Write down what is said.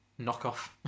knockoff